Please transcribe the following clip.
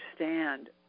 understand